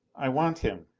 i want him.